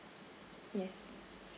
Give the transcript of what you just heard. yes